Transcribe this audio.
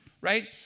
right